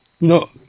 No